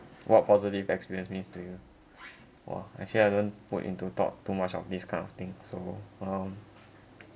what positive experience means to you !wah! actually I don't put into thought too much of this kind of thing so um